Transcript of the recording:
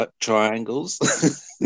triangles